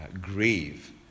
grieve